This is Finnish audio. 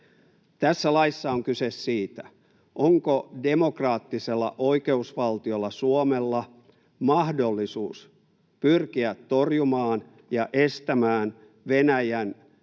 Tässä laissa on kyse siitä, onko demokraattisella oikeusvaltiolla Suomella mahdollisuus pyrkiä torjumaan ja estämään Venäjän